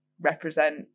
represent